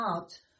out